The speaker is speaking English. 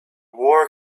war